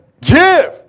give